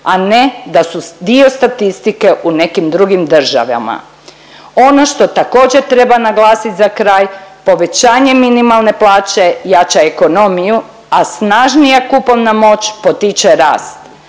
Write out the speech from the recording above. a ne da su dio statistike u nekim drugim državama. Ono što također treba naglasit za kraj, povećanje minimalne plaće jača ekonomiju, a snažnija kupovna moć potiče rast.